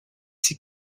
ses